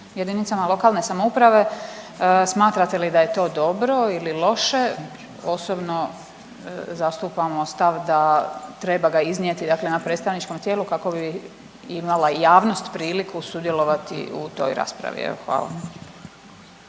jedinicama lokalne samouprave, smatrate li da je to dobro ili loše? Osobno zastupamo stav da treba ga iznijeti dakle na predstavničkom tijelu kako bi imala javnost priliku sudjelovati u toj raspravi. Evo,